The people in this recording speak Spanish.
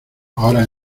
ahora